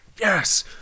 Yes